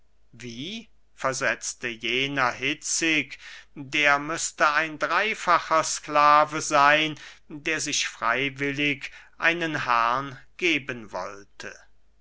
wie versetzte jener hitzig der müßte ein dreyfacher sklave seyn der sich freywillig einen herren geben wollte